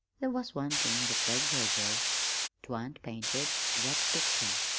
there was one thing that plagued her, though twan't painted that picture.